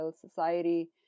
society